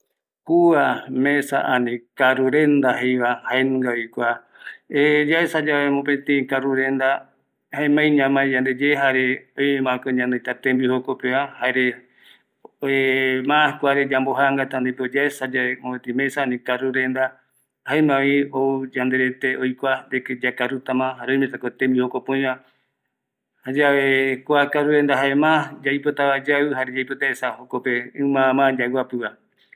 Ouyevi meja yande maenduayae ñai tateɨ oupitɨtapako yandeve yakuru vaera añae kua jeta reve guaju yayuva yae yaguapɨvoi ñai meja iarambo ñaroma ñai kia oñono vaera yande yakaru jaema jokope yande ñai